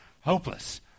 hopeless